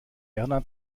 erna